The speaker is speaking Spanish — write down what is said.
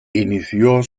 inició